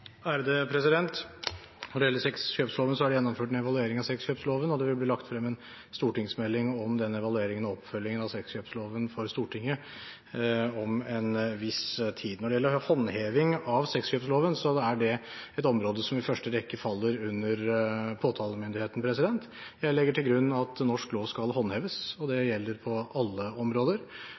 handheve sexkjøpslova. Når det gjelder sexkjøpsloven, er det gjennomført en evaluering av den, og det vil bli lagt frem en stortingsmelding om den evalueringen og oppfølgingen av sexkjøpsloven om en viss tid. Når det gjelder håndheving av sexkjøpsloven, er det et område som i første rekke faller under påtalemyndigheten. Jeg legger til grunn at norsk lov skal håndheves, og det gjelder på alle områder.